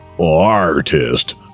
artist